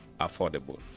affordable